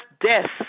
death